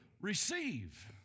receive